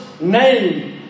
name